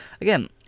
again